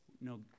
no